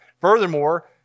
Furthermore